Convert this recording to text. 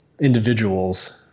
individuals